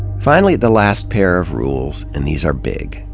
finally, the last pair of rules, and these are big.